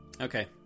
Okay